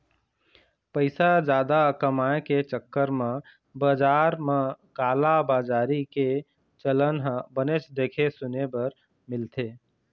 पइसा जादा कमाए के चक्कर म बजार म कालाबजारी के चलन ह बनेच देखे सुने बर मिलथे